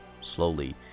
slowly